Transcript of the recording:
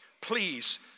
Please